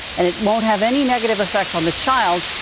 and it won't have any negative effect on the child.